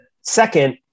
Second